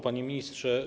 Panie Ministrze!